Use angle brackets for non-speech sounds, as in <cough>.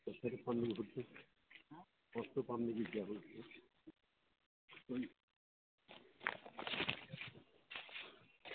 <unintelligible>